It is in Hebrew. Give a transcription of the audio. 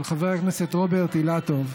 של חבר הכנסת רוברט אילטוב,